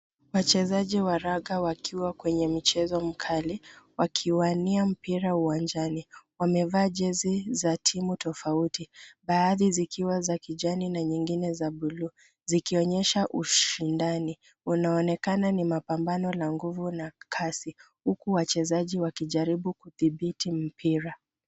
Wachezaji wa raga wakiwa kwenye mchezo mkali wakiwania mpira uwanjani. Wamevaa jezi za timu tofauti baadhi zikiwa za kijani na nyingine za buluu zikionyesha ushindani. Unaonekana ni mapambano ya nguvu na kasi huku wachezaji wakijarabu kudhibiti mpira.